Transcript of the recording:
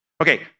Okay